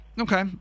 Okay